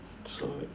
so